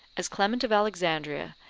as clement of alexandria,